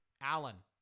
Allen